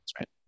right